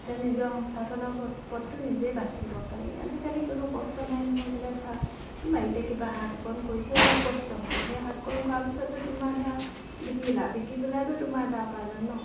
এতিয়া নিজৰ সংস্থাপনৰ পথটো নিজেই বাছি ল'ব পাৰি আজিকালি কোনো কষ্ট নাই নহয় বোলে ধৰা বাৰীতে কিবা শাকঅকণ কৰিছোঁ অলপ কষ্ট হ'ব সেই শাককণ কৰাৰ পিছততো তোমাৰ ধৰা বিকিলা বিক্ৰী পেলাইতো তোমাৰ এটা উপাৰ্জন ন